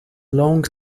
long